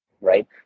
right